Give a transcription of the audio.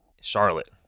Charlotte